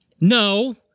No